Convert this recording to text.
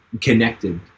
connected